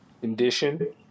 condition